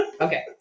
okay